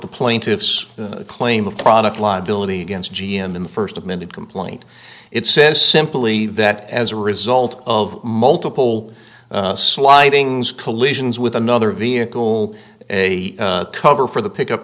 the plaintiffs claim a product liability against g m in the first amended complaint it says simply that as a result of multiple sliding collisions with another vehicle a cover for the pickup